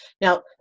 Now